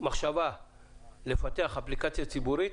מחשבה לפתח אפליקציה ציבורית,